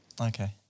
okay